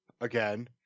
again